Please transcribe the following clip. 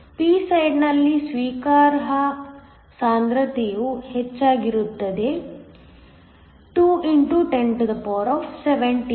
p ಸೈಡ್ನಲ್ಲಿ ಸ್ವೀಕಾರಾರ್ಹ ಸಾಂದ್ರತೆಯು ಹೆಚ್ಚಾಗಿರುತ್ತದೆ 2 x 1017